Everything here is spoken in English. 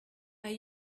are